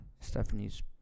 Stephanie's